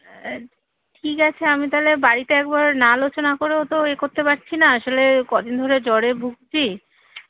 ঠিক আছে আমি তাহলে বাড়িতে একবার না আলোচনা করেও তো এ করতে পারছি না আসলে কদিন ধরে জ্বরে ভুগছি